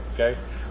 okay